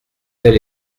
tel